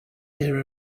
there